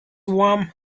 warm